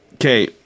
okay